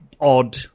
odd